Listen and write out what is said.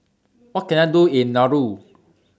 What Can I Do in Nauru